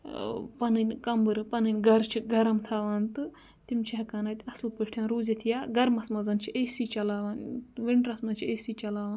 پَنٕنۍ کَمبرٕ پَنٕنۍ گَرٕ چھِ گرم تھاوان تہٕ تِم چھِ ہٮ۪کان اَتہِ اَصٕل پٲٹھۍ روٗزِتھ یا گَرمَس منٛز چھِ اے سی چَلاوان وِنٛٹرَس منٛز چھِ اے سی چَلاوان